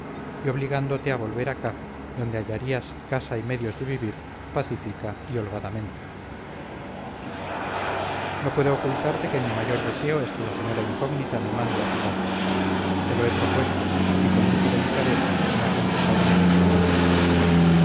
y obligándote a volver acá donde hallarías casa y medios de vivir pacífica y holgadamente no puedo ocultarte que mi mayor deseo es que la señora incógnita me mande a tu lado se lo he propuesto y con mucha delicadeza me ha contestado negativamente